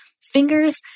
fingers